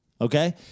Okay